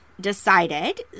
decided